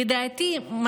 לדעתי,